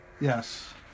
Yes